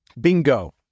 Bingo